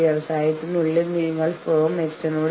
ഇപ്പോൾ ഭവനനിർമ്മാണത്തെ സംബന്ധിച്ചിടത്തോളം